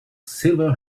silver